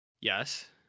Yes